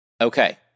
Okay